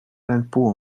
l’impôt